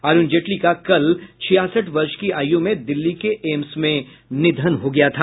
अरूण जेटली का कल छियासठ वर्ष की आयु में दिल्ली के एम्स में निधन हो गया था